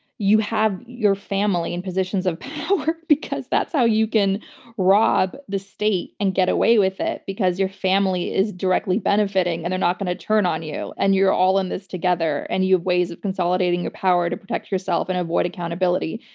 you have your family in positions of power because that's how you can rob the state and get away with it because your family is directly benefiting and they're not going to turn on you. you're all in this together, and you have ways of consolidating your power to protect yourself and avoid accountability.